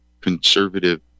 conservative